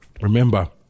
Remember